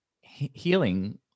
healing